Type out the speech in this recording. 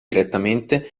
direttamente